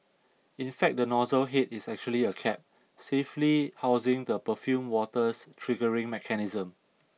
in fact the nozzle hid is actually a cap safely housing the perfumed water's triggering mechanism